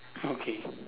okay